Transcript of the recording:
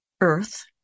earth